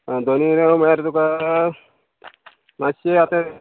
आं दोनी रेंव म्हळ्यार तुका मात्शें आतां